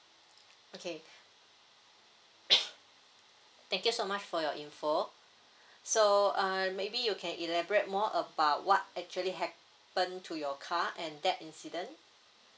okay thank you so much for your info so uh maybe you can elaborate more about what actually happened to your car and that incident